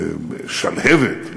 בשלהבת,